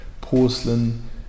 porcelain